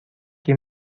que